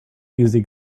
easy